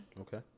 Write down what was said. Okay